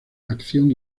acción